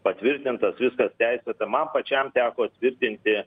patvirtintas viskas teisėta man pačiam teko tvirtinti